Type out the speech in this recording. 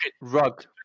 rug